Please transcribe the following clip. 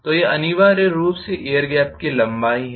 तो यह अनिवार्य रूप से एयर गेप की लंबाई है